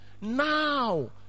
now